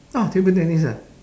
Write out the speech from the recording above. oh table tennis ah